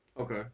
Okay